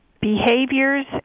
behaviors